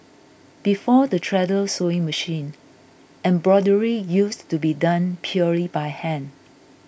before the treadle sewing machine embroidery used to be done purely by hand